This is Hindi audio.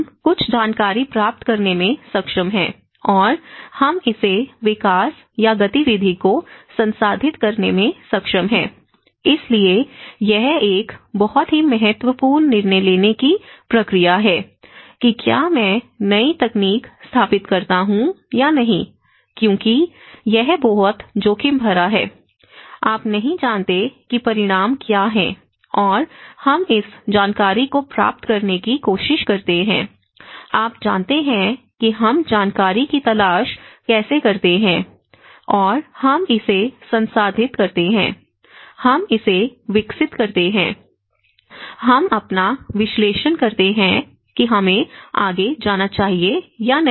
हम कुछ जानकारी प्राप्त करने में सक्षम हैं और हम इसे विकास या गतिविधि को संसाधित करने में सक्षम हैं इसलिए यह एक बहुत ही महत्वपूर्ण निर्णय लेने की प्रक्रिया है कि क्या मैं नई तकनीक स्थापित करता हूं या नहीं क्योंकि यह बहुत जोखिम भरा है आप नहीं जानते कि परिणाम क्या हैं और हम इस जानकारी को प्राप्त करने की कोशिश करते हैं आप जानते हैं कि हम जानकारी की तलाश कैसे करते हैं और हम इसे संसाधित करते हैं हम इसे विकसित करते हैं हम अपना विश्लेषण करते हैं कि हमें आगे जाना चाहिए या नहीं